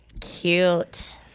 cute